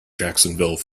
jacksonville